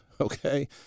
okay